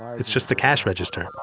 um it's just the cash register.